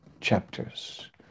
chapters